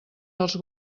dels